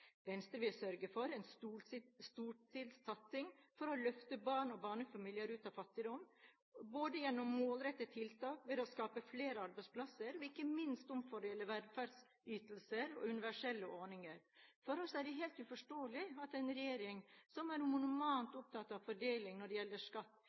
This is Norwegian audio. Venstre vil sørge for en storstilt satsing for å løfte barn og barnefamilier ut av fattigdom gjennom målrettede tiltak – ved å skape flere arbeidsplasser – og ikke minst omfordele velferdsytelser og universelle ordninger. For oss er det helt uforståelig at en regjering som er monomant opptatt av fordeling når det gjelder skatt,